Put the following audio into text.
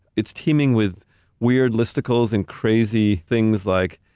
it's teeming with weird listicles and crazy things like,